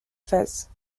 phases